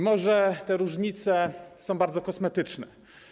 Może te różnice są bardzo kosmetyczne.